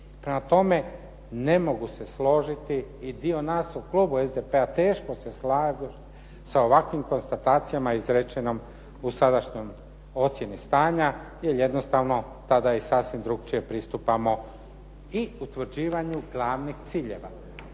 Prema tome, ne mogu se složiti i dio nas u klubu SDP-a teško se slažu sa ovakvim konstatacijama izrečenim u sadašnjoj ocjeni stanja jer jednostavno tada i sasvim drukčije pristupamo i utvrđivanju glavnih ciljeva.